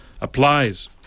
applies